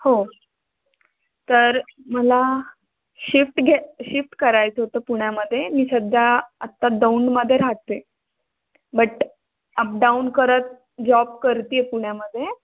हो तर मला शिफ्ट घ्या शिफ्ट करायचं होतं पुण्यामध्ये मी सध्या आत्ता दौंडमध्ये राहते बट अपडाऊन करत जॉब करते आहे पुण्यामध्ये